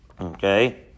Okay